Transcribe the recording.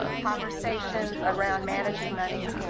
conversations around managing money,